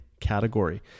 category